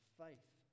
faith